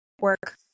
work